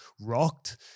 rocked